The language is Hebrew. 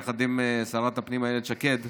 יחד עם שרת הפנים אילת שקד,